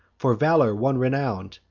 for valor one renown'd,